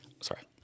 sorry